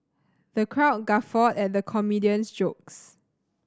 the crowd guffawed at the comedian's jokes